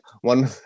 one